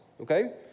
okay